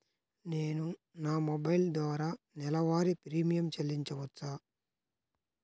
నేను నా మొబైల్ ద్వారా నెలవారీ ప్రీమియం చెల్లించవచ్చా?